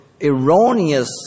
erroneous